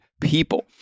people